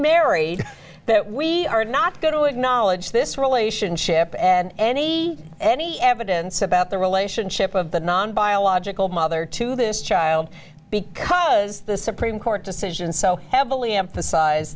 married that we are not going to acknowledge this relationship and any any evidence about the relationship of the non biological mother to this child because the supreme court decision so heavily emphasized